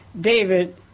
David